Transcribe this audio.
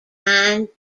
nine